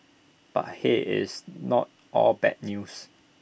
but hey IT is not all bad news